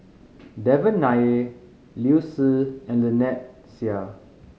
Devan Nair Liu Si and Lynnette Seah